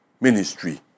ministry